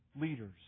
leaders